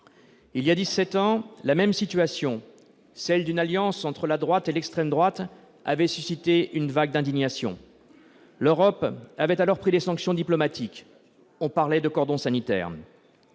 dix-sept ans, une telle alliance entre la droite et l'extrême droite avait suscité une vague d'indignation. L'Europe avait alors pris des sanctions diplomatiques, on parlait de cordon sanitaire.